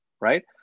right